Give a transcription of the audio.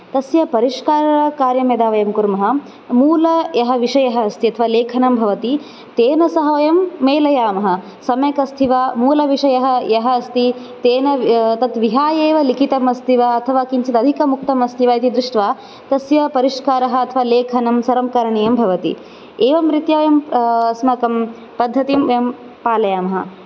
तस्य परिष्कारकार्यं यदा वयं कुर्मः मूल यः विषयः अस्ति अथवा लेखनं भवति तेन सह वयं मेलयामः सम्यक् अस्ति वा मूलविषयः यः अस्ति तेन तत् विहाय एव लिखितम् अस्ति वा अथवा किञ्चित् अधिकम् उक्तम् अस्ति वा तस्य परिष्कारः अथवा लेखनं सर्वं करणीयं भवति एवं रीत्या वयम् अस्माकं पद्धतिं वयं पालयामः